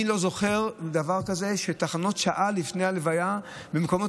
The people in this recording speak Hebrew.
אני לא זוכר דבר כזה ששעה לפני ההלוויה מקומות